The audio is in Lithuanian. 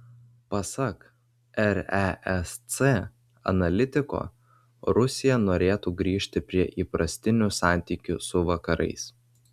pasak resc analitiko rusija norėtų grįžti prie įprastinių santykių su vakarais